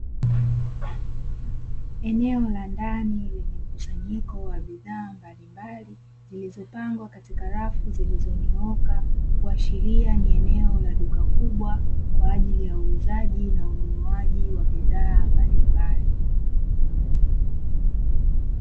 Eneo la ndani lenye mkusanyiko wa bidhaa mbalimbali, zilizopangwa katika rafu zilizonyooka kuashiria ni eneo la duka kubwa, kwa ajili ya uuzaji na ununuaji wa bidhaa mbalimbali.